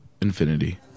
infinity